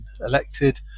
elected